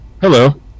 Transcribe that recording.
Hello